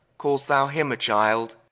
cal'st thou him a child?